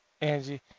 Angie